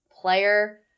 player